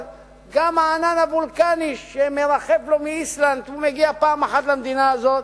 אבל גם הענן הוולקני שמרחף מאיסלנד מגיע פעם אחת למדינה הזאת,